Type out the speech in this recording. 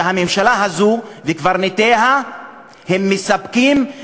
שהממשלה הזו וקברניטיה מספקים,